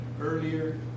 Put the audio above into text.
earlier